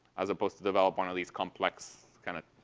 as opposed to developing one of these complex kind of,